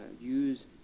Use